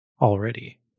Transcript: already